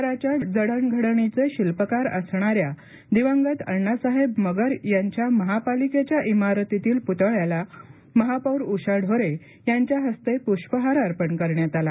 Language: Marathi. शहराच्या जडणघडणीचे शिल्पकार असणाऱ्या दिवंगत अण्णासाहेब मगर यांच्या महापालिकेच्या इमारतीतील प्तळ्यास महापौर उषा ढोरे यांच्या हस्ते प्ष्पहार अर्पण करण्यात आला